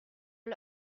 est